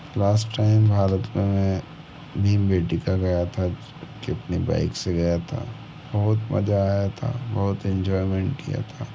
last time Bharat में मैं भीमबेटका गया था उस ट्रिप मैं बाइक से गया था बहुत मज़ा आया था बहुत एन्जॉयमेंट किया था